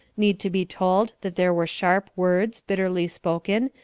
need to be told that there were sharp words, bitterly spoken,